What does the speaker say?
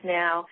now